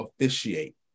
officiate